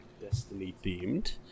Destiny-themed